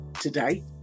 today